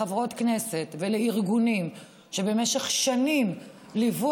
לחברות כנסת ולארגונים שבמשך שנים ליוו